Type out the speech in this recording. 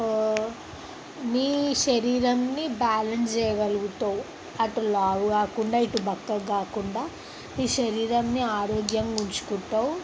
మీ శరీరంని బ్యాలెన్స్ చేయగలుగుతావు అటు లావు కాకుండా ఇటు బక్కగా కాకుండా ఈ శరీరంని ఆరోగ్యంగా ఉంచుకుంటావు